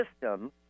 system